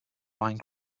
rhine